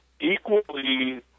equally